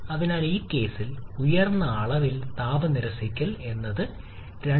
അതിനാൽ ഈ കേസിൽ ഉയർന്ന അളവിൽ താപ നിരസിക്കൽ ഏതാണ്